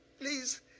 Please